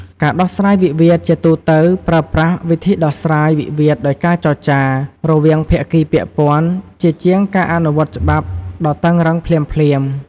ការដោះស្រាយវិវាទជាទូទៅប្រើប្រាស់ វិធីដោះស្រាយវិវាទដោយការចរចា រវាងភាគីពាក់ព័ន្ធ ជាជាងការអនុវត្តច្បាប់ដ៏តឹងរ៉ឹងភ្លាមៗ។